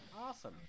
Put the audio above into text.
awesome